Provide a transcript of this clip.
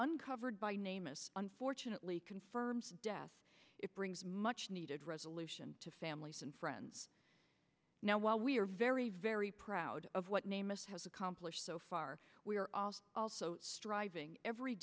uncovered by name is unfortunately confirmed death it brings much needed resolution to families and friends now while we are very very proud of what name it has accomplished so far we are all striving every